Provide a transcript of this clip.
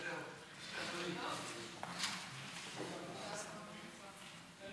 דרעי לשר לשיתוף פעולה אזורי צחי הנגבי נתקבלה.